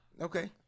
Okay